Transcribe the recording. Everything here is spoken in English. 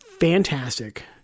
fantastic